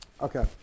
Okay